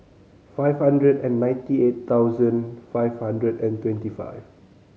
five hundred and ninety eight thousand five hundred and twenty five